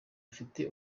ufite